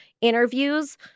interviews